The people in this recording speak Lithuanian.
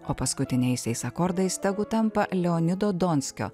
o paskutiniaisiais akordais tegu tampa leonido donskio